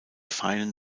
feinen